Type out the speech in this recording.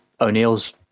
O'Neal's